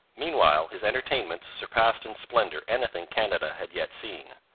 meanwhile, his entertainments surpassed in splendour anything canada had yet seen.